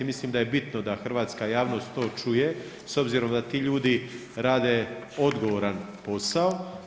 Milim da je bitno da hrvatska javnost to čuje s obzirom da ti ljudi rade odgovoran posao.